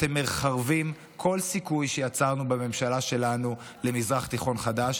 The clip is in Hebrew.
אתם מחרבים כל סיכוי שיצרנו בממשלה שלנו למזרח תיכון חדש.